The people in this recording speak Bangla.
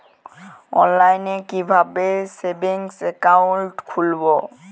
অনলাইনে কিভাবে সেভিংস অ্যাকাউন্ট খুলবো?